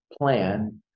plan